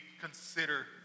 consider